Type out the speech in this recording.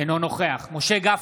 אינו נוכח משה גפני,